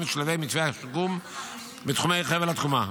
את שלבי מתווה השיקום בתחומי חבל התקומה.